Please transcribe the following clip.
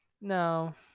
No